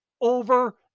over